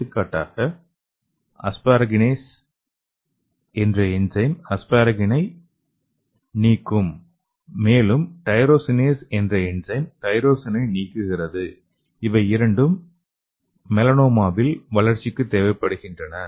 எடுத்துக்காட்டாக அஸ்பாரகினேஸ் என்ற என்சைம் அஸ்பாரகினை asparagine நீக்கும் மேலும் டைரோசினேஸ் என்ற என்சைம் தைரோசைனை நீக்குகிறது இவை இரண்டும் மெலனோமாவின் வளர்ச்சிக்கு தேவைப்படுகின்றன